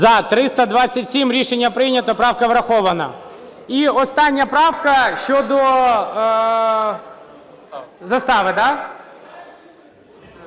За-327 Рішення прийнято. Правка врахована. І остання правка щодо застави,